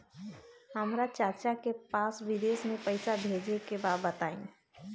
हमरा आपन चाचा के पास विदेश में पइसा भेजे के बा बताई